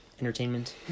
entertainment